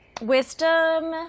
Wisdom